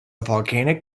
volcanic